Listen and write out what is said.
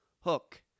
hook